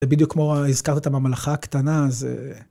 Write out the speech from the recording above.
זה בדיוק כמו הזכרת במלאכה הקטנה, אז...